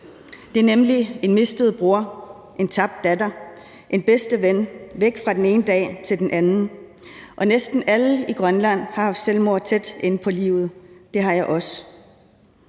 Det er nemlig en mistet bror, en tabt datter, en bedste ven – væk fra den ene dag til den anden. Og næsten alle i Grønland har haft selvmord tæt inde på livet; det har jeg også.